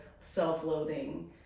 self-loathing